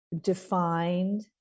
defined